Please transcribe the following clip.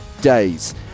days